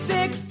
Sick